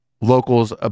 Locals